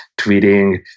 tweeting